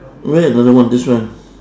where another one this one